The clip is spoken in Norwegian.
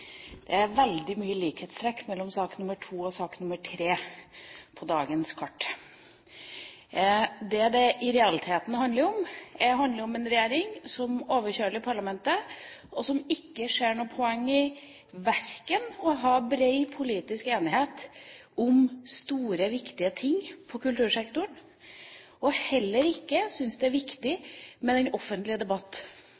Det er veldig mange likhetstrekk mellom sak nr. 2 og sak nr. 3 på dagens kart. Det det i realiteten handler om, er en regjering som overkjører parlamentet og som ikke ser noe poeng i å ha bred politisk enighet om store, viktige ting på kultursektoren, og heller ikke syns det er viktig